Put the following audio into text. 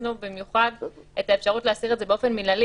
הכנסנו במיוחד את האפשרות להסיר את זה באופן מנהלי